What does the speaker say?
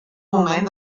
moment